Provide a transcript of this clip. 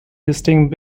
listing